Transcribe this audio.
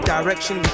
Direction